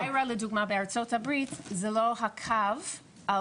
Ayra לדוגמא בארצות הברית זה לא הקו על